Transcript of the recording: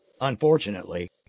Unfortunately